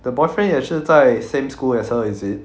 the boyfriend 也是在 same school as her is it